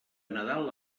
nadal